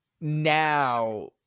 now